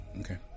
Okay